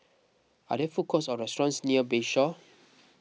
are there food courts or restaurants near Bayshore